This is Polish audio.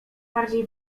bardziej